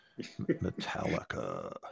Metallica